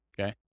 okay